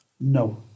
No